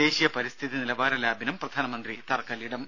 ദേശീയ പരിസ്ഥിതി നിലവാര ലാബിനും പ്രധാനമന്ത്രി തറക്കല്ലിടും